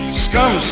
scum